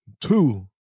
two